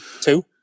two